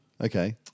okay